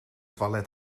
toilet